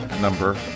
number